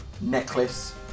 necklace